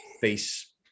face